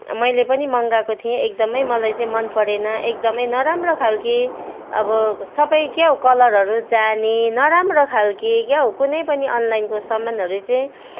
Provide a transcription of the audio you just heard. मैले पनि मगाएको थिएँ एकदमै मलाई चाहिँ मन परेन एकदमै नराम्रो खालको अब सबै क्या कलरहरू जाने नराम्रो खालको क्या कुनै पनि अनलाइनको समानहरू चाहिँ